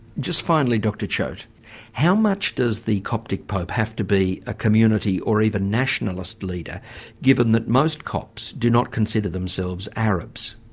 just finally dr choat how much does the coptic pope have to be a community or even nationalist leader given that most copts do not consider themselves arabs?